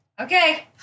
Okay